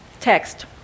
Text